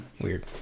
Weird